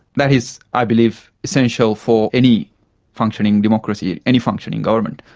that is, i believe, essential for any functioning democracy, any functioning government.